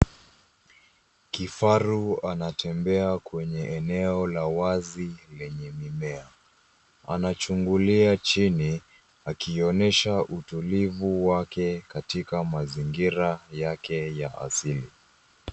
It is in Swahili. Kifaru anatembea kwenye eneo la wazi lenye mimea. Anachungulia chini akionyesha utulivu wake katika mazingira yake ya asili.